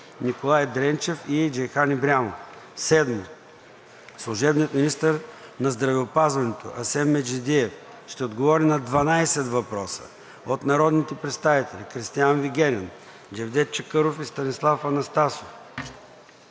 Николай Дренчев; и Джейхан Ибрямов. 7. Служебният министър на здравеопазването Асен Меджидиев ще отговори на 12 въпроса от народните представители Кристиан Вигенин; Джевдет Чакъров и Станислав Анастасов;